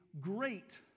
great